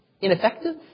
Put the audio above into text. ineffective